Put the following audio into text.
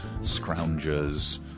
scroungers